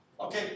Okay